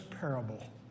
parable